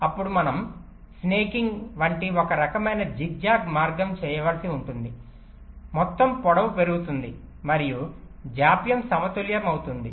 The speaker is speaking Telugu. అప్పుడు మనం స్నాకింగ్ వంటి ఒక రకమైన జిగ్ జాగ్ మార్గం చేయవలసి ఉంటుంది మొత్తం పొడవు పెరుగుతుంది మరియు జాప్యం సమతుల్యమవుతుంది